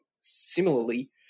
similarly